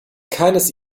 keines